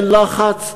אין לחץ,